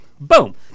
Boom